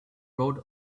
wrote